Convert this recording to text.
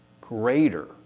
greater